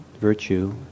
Virtue